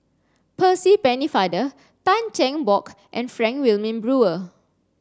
Percy Pennefather Tan Cheng Bock and Frank Wilmin Brewer